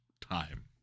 time